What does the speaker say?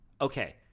Okay